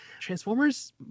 transformers